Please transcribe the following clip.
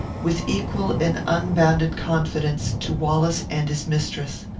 with equal and unbounded confidence, to wallace and his mistress.